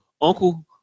Uncle